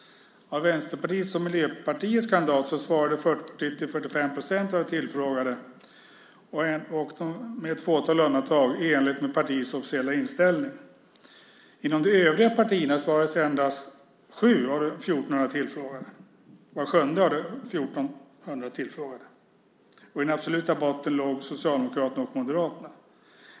Av Vänsterpartiets och Miljöpartiets kandidater svarade 40-45 % av de tillfrågade och med ett fåtal undantag i enlighet med partiets officiella inställning. Inom de övriga partierna svarade endast var sjunde av 1 400 tillfrågade. I den absoluta botten låg Socialdemokraterna och Moderaterna.